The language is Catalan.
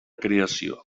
creació